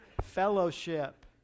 Fellowship